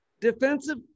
Defensive